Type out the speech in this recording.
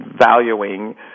valuing